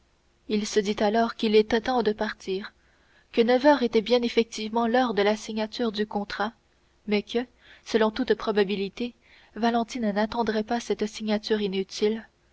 il se dit alors qu'il était temps de partir que neuf heures était bien effectivement l'heure de la signature du contrat mais que selon toute probabilité valentine n'attendrait pas cette signature inutile